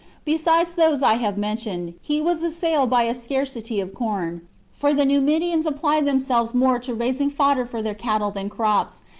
besides those i have mentioned, he was assailed by a scarcity of corn for the numidians apply themselves more to raising fodder for their cattle than crops,